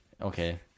Okay